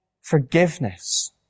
forgiveness